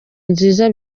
nziza